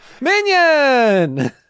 Minion